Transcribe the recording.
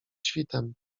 świtem